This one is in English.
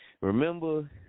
Remember